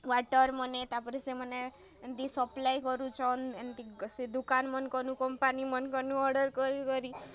water ମାନେ ତାପରେ ସେମାନେ ଏନ୍ତି ସପ୍ଲାଇ କରୁଛନ୍ ଏନ୍ତି ସେ ଦୋକାନ୍ମନ୍କର୍ନୁ କୋମ୍ପାନିମାନ୍ଙ୍କର୍ନୁ ଅର୍ଡ଼ର୍ କରି କରି